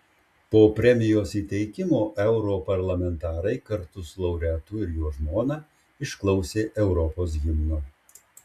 po premijos įteikimo europarlamentarai kartu su laureatu ir jo žmona išklausė europos himno